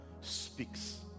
speaks